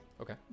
okay